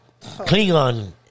Klingon